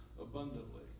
abundantly